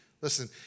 Listen